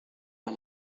han